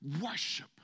worship